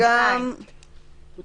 לא, וגם ב-(23).